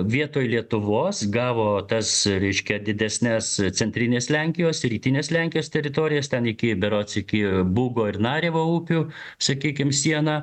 vietoj lietuvos gavo tas reiškia didesnes centrinės lenkijos ir rytinės lenkijos teritorijas ten iki berods iki bugo ir narevo upių sakykime sieną